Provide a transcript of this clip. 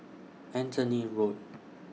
Anthony Road